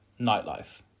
nightlife